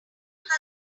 teddy